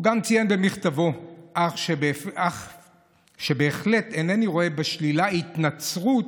הוא גם ציין במכתבו: אף שבהחלט אינני רואה בשלילה התנצרות.